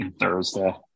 Thursday